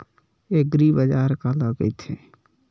एग्रीबाजार काला कइथे?